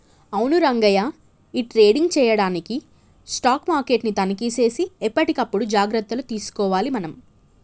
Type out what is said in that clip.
అవును రంగయ్య ఈ ట్రేడింగ్ చేయడానికి స్టాక్ మార్కెట్ ని తనిఖీ సేసి ఎప్పటికప్పుడు జాగ్రత్తలు తీసుకోవాలి మనం